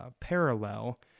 parallel